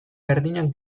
berdinak